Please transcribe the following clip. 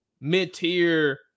mid-tier